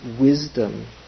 wisdom